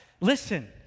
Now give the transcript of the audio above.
Listen